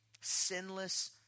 sinless